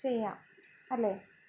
ചെയ്യാം അല്ലേ